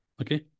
okay